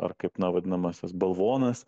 ar kaip na vadinamasis balvonas